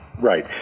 Right